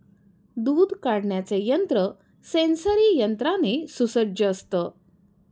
दूध काढण्याचे यंत्र सेंसरी यंत्राने सुसज्ज असतं